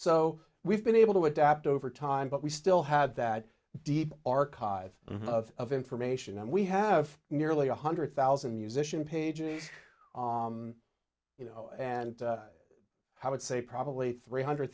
so we've been able to adapt over time but we still had that deep archive of information and we have nearly one hundred thousand musician pages you know and how would say probably three hundred